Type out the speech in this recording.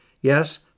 Yes